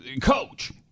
coach